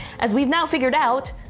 as we've now figured out,